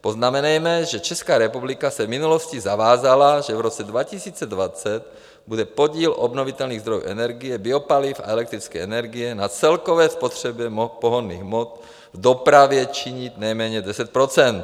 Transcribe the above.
Poznamenejme, že Česká republika se v minulosti zavázala, že v roce 2020 bude podíl obnovitelných zdrojů energie, biopaliv a elektrické energie na celkové spotřebě pohonných hmot v dopravě činit nejméně 10 %.